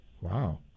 Wow